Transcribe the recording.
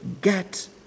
get